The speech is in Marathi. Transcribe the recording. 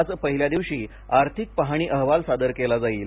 आज पहिल्या दिवशी आर्थिक पहाणी अहवाल सादर केला जाईल